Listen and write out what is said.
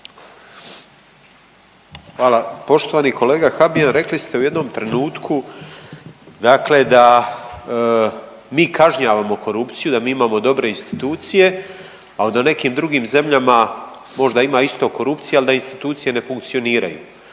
Hvala. Poštovani kolega Habijan rekli ste u jednom trenutku, dakle da mi kažnjavamo korupciju, da mi imamo dobre institucije, a da u nekim drugim zemljama možda ima isto korupcije, ali da institucije ne funkcioniraju.